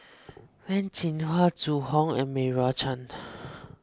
Wen Jinhua Zhu Hong and Meira Chand